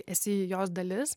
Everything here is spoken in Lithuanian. esi jos dalis